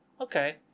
okay